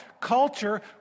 culture